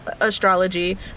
astrology